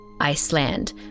Iceland